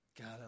God